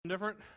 different